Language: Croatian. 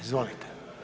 Izvolite.